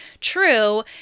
true